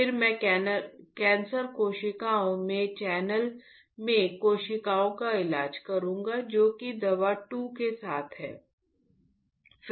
फिर मैं कैंसर कोशिकाओं में चैनल में कोशिकाओं का इलाज करूंगा जो कि दवा 2 के साथ हैं